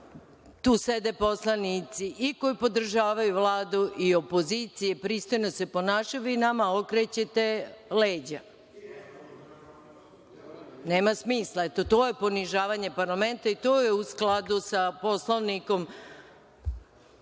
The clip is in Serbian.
tu sede poslanici i koji podržavaju Vladu i opoziciju i pristojno se ponašaju, a vi nama okrećete leđa. Nema smisla, eto, to je ponižavanje parlamenta i to je u skladu sa Poslovnikom,